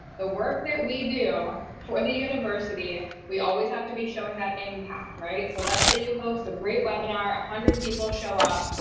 the work that we do for the university, we always have to be showing that impact, right? so let's say you host a great webinar one hundred people show up,